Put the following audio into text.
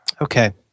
Okay